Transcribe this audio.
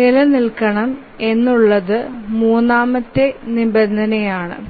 നിലനിൽക്കണം എന്നു ഉള്ളത് മൂന്നാമത്തെ നിബന്ധനയാണ്